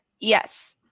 Yes